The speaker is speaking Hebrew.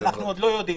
אנחנו עוד לא יודעים.